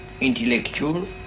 intellectual